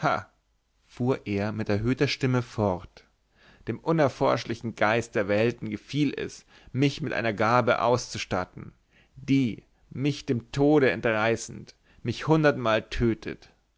fuhr er mit erhöhter stimme fort dem unerforschlichen geist der welten gefiel es mich mit einer gabe auszustatten die mich dem tode entreißend mich hundertmal tötet